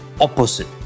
opposite